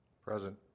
Present